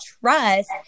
trust